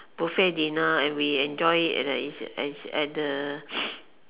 buffet dinner and we enjoyed it at is at at the